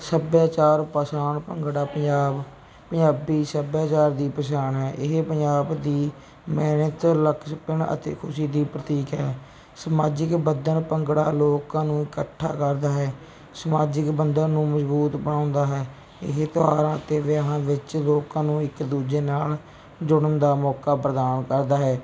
ਸੱਭਿਆਚਾਰ ਪਛਾਣ ਭੰਗੜਾ ਪੰਜਾਬ ਪੰਜਾਬੀ ਸੱਭਿਆਚਾਰ ਦੀ ਪਛਾਣ ਹੈ ਇਹ ਪੰਜਾਬ ਦੀ ਮਿਹਨਤ ਲਚਕਪਣ ਅਤੇ ਖੁਸ਼ੀ ਦੀ ਪ੍ਰਤੀਕ ਹੈ ਸਮਾਜਿਕ ਬੰਧਨ ਭੰਗੜਾ ਲੋਕਾਂ ਨੂੰ ਇਕੱਠਾ ਕਰਦਾ ਹੈ ਸਮਾਜਿਕ ਬੰਧਨ ਨੂੰ ਮਜ਼ਬੂਤ ਬਣਾਉਂਦਾ ਹੈ ਇਹ ਤਿਉਹਾਰਾਂ ਅਤੇ ਵਿਆਹਾਂ ਵਿੱਚ ਲੋਕਾਂ ਨੂੰ ਇੱਕ ਦੂਜੇ ਨਾਲ ਜੁੜਨ ਦਾ ਮੌਕਾ ਪ੍ਰਦਾਨ ਕਰਦਾ ਹੈ